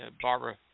Barbara